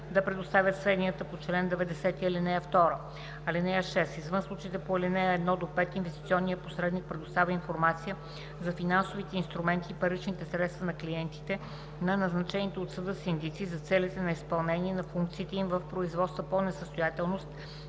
да предоставят сведенията по чл. 90, ал. 2. (6) Извън случаите по ал. 1 – 5 инвестиционният посредник предоставя информация за финансовите инструменти и паричните средства на клиентите на назначените от съда синдици за целите на изпълнение на функциите им в производства по несъстоятелност